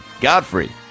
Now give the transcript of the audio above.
Godfrey